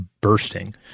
bursting